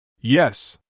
Yes